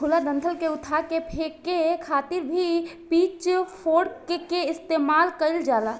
खुला डंठल के उठा के फेके खातिर भी पिच फोर्क के इस्तेमाल कईल जाला